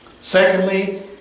Secondly